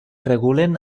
regulen